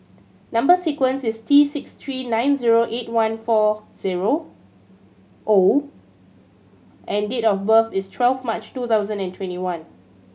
number sequence is T six three nine zero eight one four zero O and date of birth is twelve March two thousand and twenty one